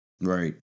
Right